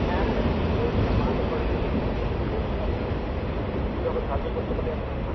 হ্যাঁ হ্যাঁ ও এটা মাহাতো ফলেরই দোকান বলুন আপনার কীভাবে সাহায্য করতে পারি আপনাকে